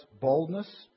boldness